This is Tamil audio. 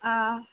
ஆ